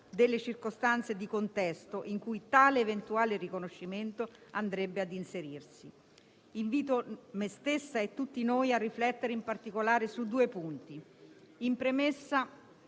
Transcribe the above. delle circostanze di contesto in cui tale eventuale riconoscimento andrebbe ad inserirsi. Invito me stessa e tutti noi a riflettere, in particolare, su due punti. In premessa,